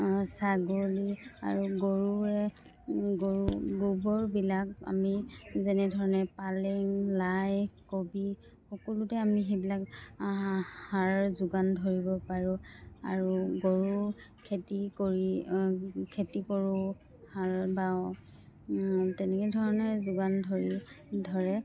ছাগলী আৰু গৰুৱে গৰু গোবৰবিলাক আমি যেনেধৰণে পালেং লাই কবি সকলোতে আমি সেইবিলাক সাৰ যোগান ধৰিব পাৰোঁ আৰু গৰু খেতি কৰি খেতি কৰোঁ হাল বাওঁ তেনেকৈ ধৰণে যোগান ধৰি ধৰে